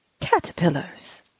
Caterpillars